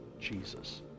Jesus